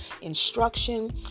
instruction